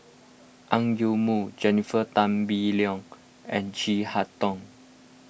Ang Yoke Mooi Jennifer Tan Bee Leng and Chin Harn Tong